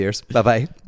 Bye-bye